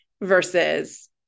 versus